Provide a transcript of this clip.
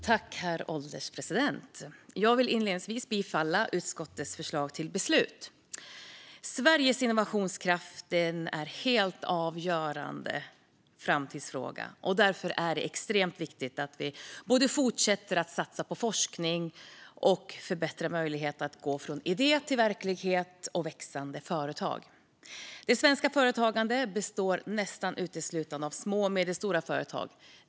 Herr ålderspresident! Jag vill inledningsvis yrka bifall till utskottets förslag till beslut. Sveriges innovationskraft är en helt avgörande framtidsfråga. Därför är det extremt viktigt att vi både fortsätter att satsa på forskning och förbättrar möjligheterna att gå från idé till verklighet och växande företag. Det svenska företagandet består nästan uteslutande av små och medelstora företag.